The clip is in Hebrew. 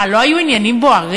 מה, לא היו עניינים בוערים?